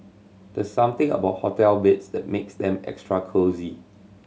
there's something about hotel beds that makes them extra cosy